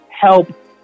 help